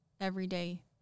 everyday